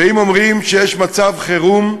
ואם אומרים שיש מצב חירום,